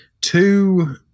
Two